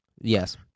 Yes